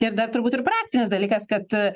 ir dar turbūt ir praktinis dalykas kad